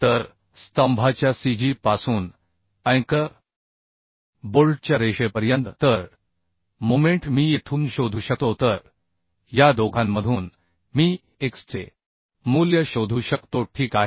तर स्तंभाच्या cg पासून अँकर बोल्टच्या रेषेपर्यंत तर मोमेंट मी येथून शोधू शकतो तर या दोघांमधून मी x चे मूल्य शोधू शकतो ठीक आहे